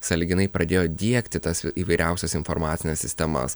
sąlyginai pradėjo diegti tas įvairiausias informacines sistemas